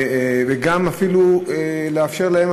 ואפילו לאפשר להם,